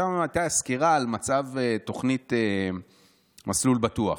ושם הייתה סקירה על מצב התוכנית מסלול בטוח.